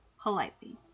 politely